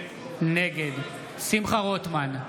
נגד שמחה רוטמן,